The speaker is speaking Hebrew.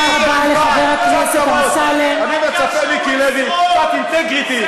אני מצפה לקצת כבוד.